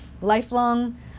lifelong